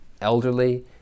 elderly